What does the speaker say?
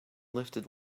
lifted